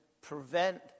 prevent